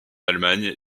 allemagne